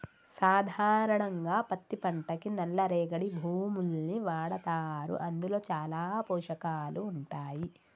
సాధారణంగా పత్తి పంటకి నల్ల రేగడి భూముల్ని వాడతారు అందులో చాలా పోషకాలు ఉంటాయి